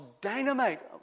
dynamite